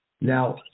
Now